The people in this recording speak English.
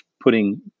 putting